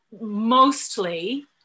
mostly